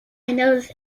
notice